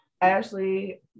Ashley